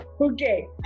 Okay